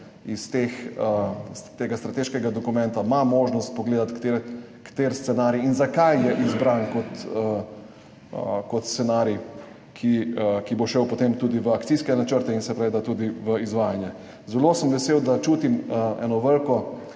iz tega strateškega dokumenta možnost pogledati, kateri scenarij in zakaj je izbran kot scenarij, ki bo šel potem tudi v akcijske načrte in tudi v izvajanje. Zelo sem vesel, da čutim eno veliko